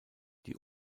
die